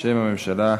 בשם הממשלה.